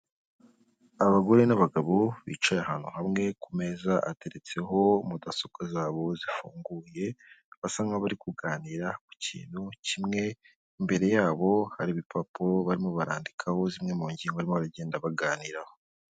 Abagore n'abagabo bicaye ahantu hamwe, ku meza ateretseho mudasobwa zabo zifunguye, basa nkaho bari kuganira ku kintu kimwe, imbere yabo hari ibipapuro barimo barandikaho zimwe mu ngingo barimo baragenda baganiraho.